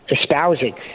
espousing